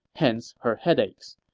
hence her headaches.